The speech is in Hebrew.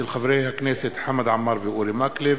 הצעתם של חברי הכנסת חמד עמאר ואורי מקלב,